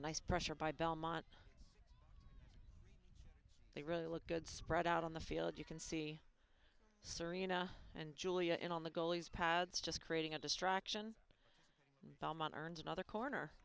nice pressure by belmont they really look good spread out on the field you can see serina and julia in on the goalies pads just creating a distraction delmon earns another corner